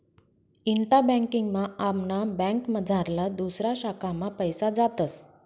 इंटा banking मा आमना बँकमझारला दुसऱा शाखा मा पैसा जातस